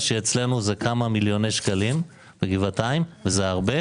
שיש בגבעתיים להשקעה שיש בחינוך בתל אביב.